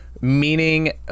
meaning